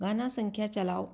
गाना संख्या चलाओ